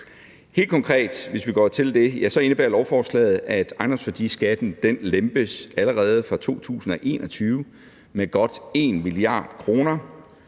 Helt konkret indebærer lovforslaget, at ejendomsværdiskatten lempes allerede fra 2021 med godt 1 mia. kr.